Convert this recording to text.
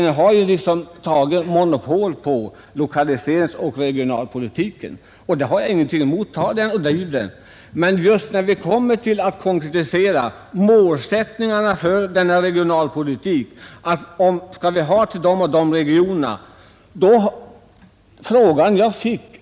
Ni har liksom tagit monopol på lokaliseringsoch regionalpolitiken, och det har jag i och för sig ingenting emot. Men när vi kommer till att målsättningen för lokaliseringsoch regionalpolitiken skall konkretiseras vill ni inte vara med.